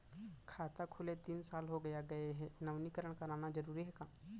खाता खुले तीन साल हो गया गये हे नवीनीकरण कराना जरूरी हे का?